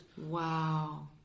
Wow